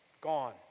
Gone